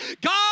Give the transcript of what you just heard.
God